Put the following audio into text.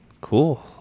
Cool